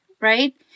right